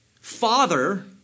Father